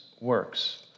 works